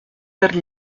per